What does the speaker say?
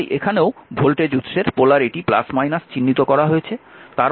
তাই এখানেও ভোল্টেজ উৎসের পোলারিটি চিহ্নিত করা হয়েছে